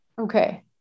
Okay